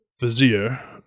vizier